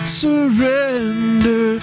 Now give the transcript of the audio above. surrender